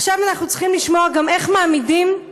עכשיו אנחנו צריכים לשמוע גם איך מעמידים את